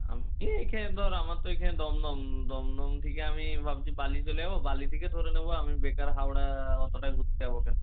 আমি এখানে ধর আমার তো এখানে দমদম দমদম থেকে আমি ভাবছি বালি চলে যাব বালি থেকে ধরে নেব আমি বেকার হাওড়া অতটা ঘুরতে যাব কেন